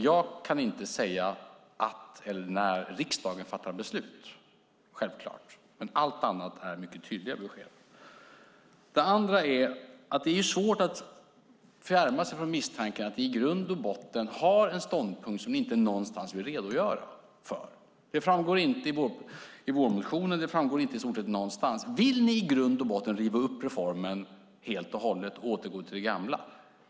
Jag kan inte säga att eller när riksdagen fattar beslut, men allt annat är mycket tydliga besked. För det andra är det svårt att fjärma sig från misstanken att ni i grund och botten har en ståndpunkt som ni inte vill redogöra för. Det framgår inte i vårmotionen och det framgår inte i stort sett någonstans om ni i grund och botten vill riva upp reformen helt och hållet och återgå till det gamla.